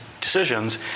decisions